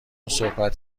صحبت